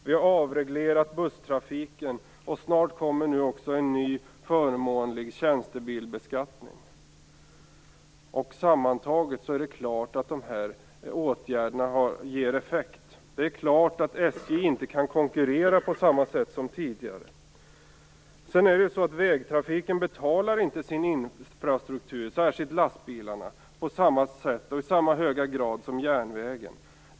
Vi har avreglerat busstrafiken. Snart kommer nu också en ny förmånlig tjänstebilsbeskattning. Sammantaget är det klart att dessa åtgärder ger effekt. Det är klart att SJ inte kan konkurrera på samma sätt som tidigare. Vägtrafiken betalar inte sin infrastruktur, det gäller särskilt lastbilarna, på samma sätt som järnvägen.